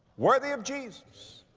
worthy of jesus.